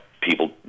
people